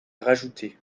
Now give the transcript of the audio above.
rajouter